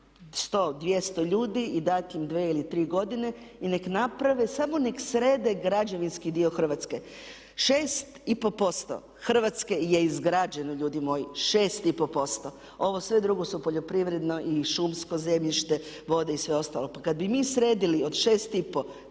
100, 200 ljudi i dati im dvije ili tri godine i nek naprave, samo nek srede građevinski dio Hrvatske. 6,5% Hrvatske je izgrađeno, 6,5%, ovo sve drugo su poljoprivredno i šumsko zemljište, vode i sve ostalo, pa kad bi mi sredili od 6,5